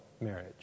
marriage